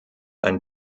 ein